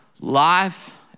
Life